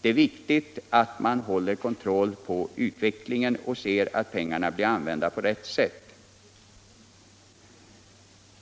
Det är viktigt att man häller kontroll och ser till att pengarna blir använda på rätt sätt.